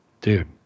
Dude